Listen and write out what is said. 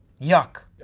yuck,